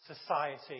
society